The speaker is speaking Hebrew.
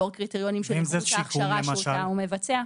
לאור קריטריונים של הזכות להכשרה שאותה הוא מבצע.